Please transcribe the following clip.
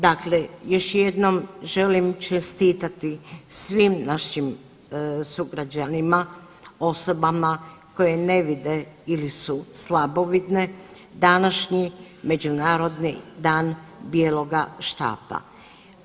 Dakle, još jednom želim čestitati svim našim sugrađanima osobama koje ne vide ili su slabovidne današnji Međunarodni dan bijeloga štapa.